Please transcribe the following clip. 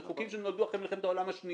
אלו חוקים שנולדו אחרי מלחמת העולם השנייה,